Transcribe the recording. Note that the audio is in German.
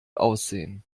aussehen